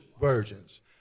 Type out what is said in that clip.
virgins